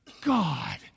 God